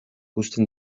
uzten